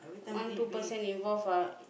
one two person involve ah